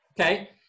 okay